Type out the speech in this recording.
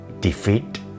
defeat